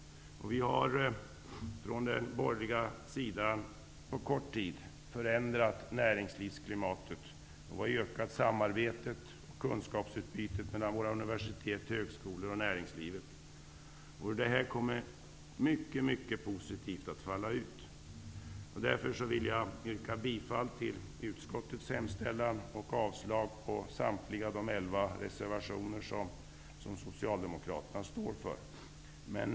Den borgerliga regeringen har på kort tid förändrat näringslivsklimatet. Vi har ökat samarbetet och kunskapsutbytet mellan våra universitet och högskolor och näringslivet. Det kommer att komma mycket positivt av detta. Därför vill jag yrka bifall till utskottets hemställan och avslag på samtliga de elva reservationer som Socialdemokraterna har lämnat. Herr talman!